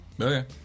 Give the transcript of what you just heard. Okay